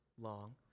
long